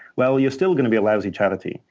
well, you're still going to be a lousy charity.